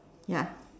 ya